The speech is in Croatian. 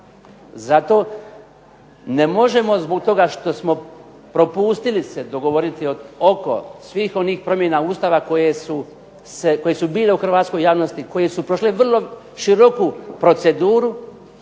Zato ne možemo zbog toga što smo propustili se dogovoriti oko svih onih promjena Ustava koje su bile u hrvatskoj javnosti, koje su prošle vrlo široku proceduru